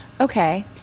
okay